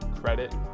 credit